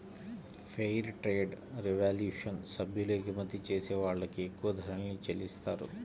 fair trade revolution సభ్యులు ఎగుమతి చేసే వాళ్ళకి ఎక్కువ ధరల్ని చెల్లిత్తారు